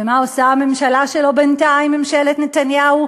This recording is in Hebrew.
ומה עושה בינתיים הממשלה שלו,